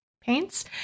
paints